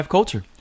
Culture